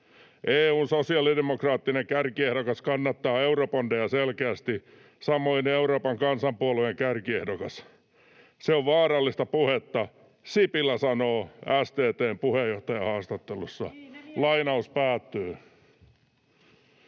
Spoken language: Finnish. EU:n sosiaalidemokraattinen kärkiehdokas kannattaa eurobondeja selkeästi, samoin Euroopan kansanpuolueen kärkiehdokas. Se on vaarallista puhetta’, Sipilä sanoo STT:n puheenjohtajahaastattelussa.” Eräs